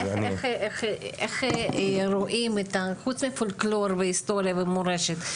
איך רואים את החוץ מפולקלור והיסטוריה ומורשת,